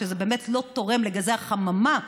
זה באמת לא תורם לגזי החממה,